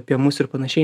apie mus ir panašiai